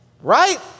Right